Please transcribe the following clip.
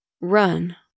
Run